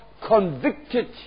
Convicted